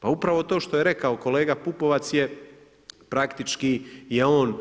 Pa upravo to što je rekao kolega Pupovac je praktički je on